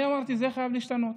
אני אמרתי: זה חייב להשתנות,